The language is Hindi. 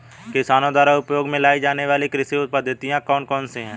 किसानों द्वारा उपयोग में लाई जाने वाली कृषि पद्धतियाँ कौन कौन सी हैं?